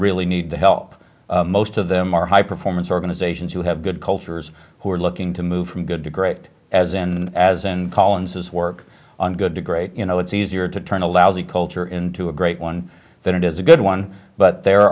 really need the help most of them are high performance organizations who have good cultures who are looking to move from good to great as in as in collins as work on good to great you know it's easier to turn a lousy culture into a great one than it is a good one but there